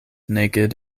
naked